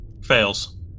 fails